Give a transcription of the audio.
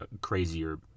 crazier